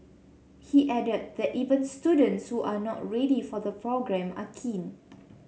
he added that even students who are not ready for the programme are keen